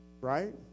right